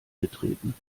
getreten